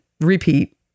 repeat